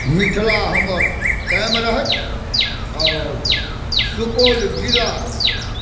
मिथिला हमर कायम रहत और सुपौल जिला